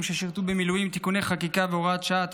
ששירתו במילואים (תיקוני חקיקה והוראת שעה),